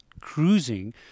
cruising